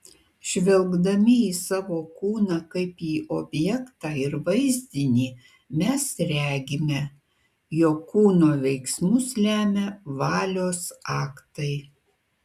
žvelgdami į savo kūną kaip į objektą ir vaizdinį mes regime jog kūno veiksmus lemia valios aktai